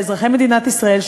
לאזרחי מדינת ישראל,